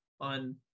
on